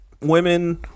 women